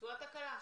זו התקלה,